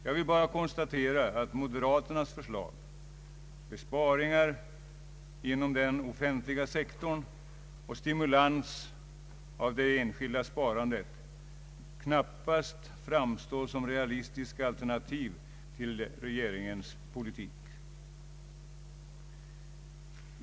Jag vill bara konstatera att moderaternas förslag — besparingar inom den offentliga sektorn och stimulans av det enskilda sparandet — knappast framstår som realistiska alternativ till regeringens politik.